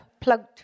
plugged